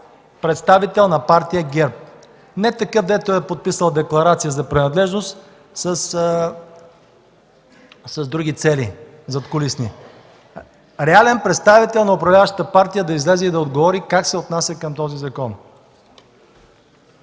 представител на партия ГЕРБ, не такъв, дето е подписал декларация за принадлежност с други задкулисни цели. Реален представител на управляващата партия да излезе и да отговори как се отнася към този закон.